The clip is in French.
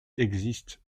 existent